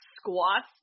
squats